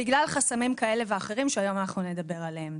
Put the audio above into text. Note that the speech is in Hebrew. בגלל חסמים כאלה ואחרים שהיום אנחנו נדבר עליהם.